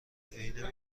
عینه